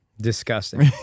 Disgusting